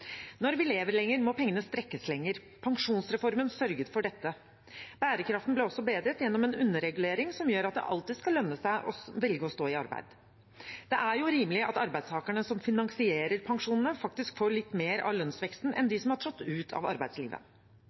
Når vi lever lenger, må pengene strekkes lenger. Pensjonsreformen sørget for dette. Bærekraften ble også bedret gjennom en underregulering som gjør at det alltid skal lønne seg å velge å stå i arbeid. Det er jo rimelig at arbeidstakerne, som finansierer pensjonene, faktisk får litt mer av lønnsveksten enn dem som har trådt ut av arbeidslivet.